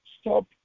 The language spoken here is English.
stop